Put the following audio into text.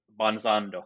Banzando